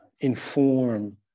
inform